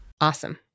Awesome